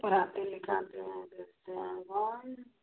पढ़ाते लिखाते हैं देखते हैं हाँ